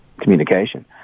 communication